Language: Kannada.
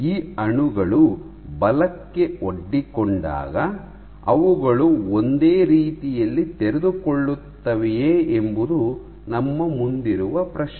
ಈ ಅಣುಗಳು ಬಲಕ್ಕೆ ಒಡ್ಡಿಕೊಂಡಾಗ ಅವುಗಳು ಇದೇ ರೀತಿಯಲ್ಲಿ ತೆರೆದುಕೊಳ್ಳುತ್ತವೆಯೇ ಎಂಬುದು ನಮ್ಮ ಮುಂದಿರುವ ಪ್ರಶ್ನೆ